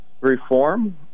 reform